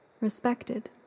respected